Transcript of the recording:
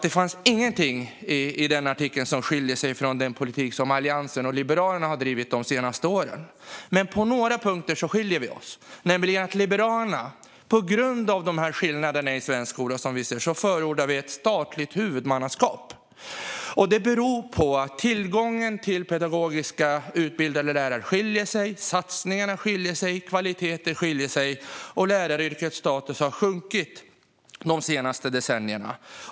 Det fanns ingenting i artikeln där som skilde sig från den politik som Alliansen och Liberalerna har drivit de senaste åren, men vi skiljer oss åt på några punkter. På grund av de skillnader vi ser i svensk skola förordar vi i Liberalerna ett statligt huvudmannaskap. Detta beror på att tillgången till pedagogiska, utbildade lärare skiljer sig, att satsningarna skiljer sig, att kvaliteten skiljer sig och att läraryrkets status har sjunkit de senaste decennierna.